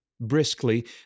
Briskly